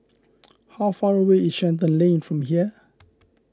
how far away is Shenton Lane from here